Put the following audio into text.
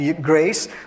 grace